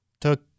took